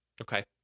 Okay